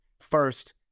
first